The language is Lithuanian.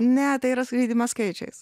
ne tai yra skraidymas skaičiais